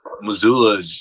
Missoula